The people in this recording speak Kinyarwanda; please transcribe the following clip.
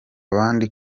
abandi